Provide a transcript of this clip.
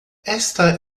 esta